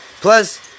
Plus